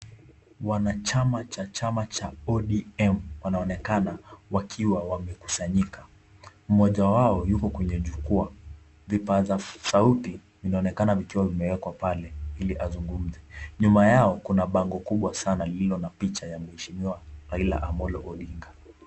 Wanachama cha chama cha ODM, wanaonekana wakiwa wamekusanyika. Mmoja wao, yuko kwenye jukwaa. Vipasa sauti vinaonekana vikiwa vimewekwa pale ili aweze kuzungumza. Nyuma yao kuna bango kubwa sana lililo na picha ya Mheshimiwa Raila Amollo Odinga.